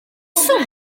swm